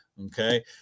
okay